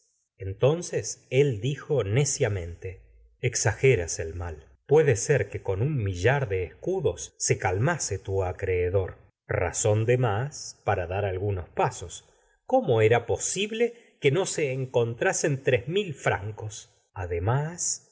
entonces él dijo neciamente exageras el mal puede ser que con un millar de escudos se calmase tu acreedor razón de más para dar algunos pasos cómo era posible que no se encontrasen tres mil francos además